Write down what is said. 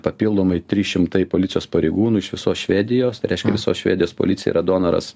papildomai trys šimtai policijos pareigūnų iš visos švedijos tai reiškia visos švedijos policija yra donoras